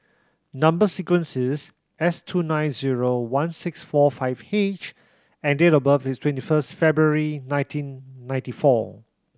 number sequence is S two nine zero one six four five H and date of birth is twenty first February nineteen ninety four